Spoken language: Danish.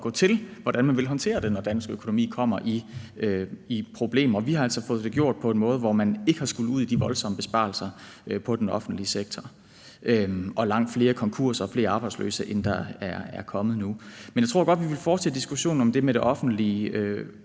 til hvordan man vil håndtere det, når dansk økonomi kommer i problemer. Vi har altså fået det gjort på en måde, hvor man ikke har skullet ud i de voldsomme besparelser i den offentlige sektor, eller hvor der ikke er kommet langt flere konkurser og flere arbejdsløse, end der er kommet nu. Men jeg tror godt, vi vil fortsætte diskussionen om det med det offentlige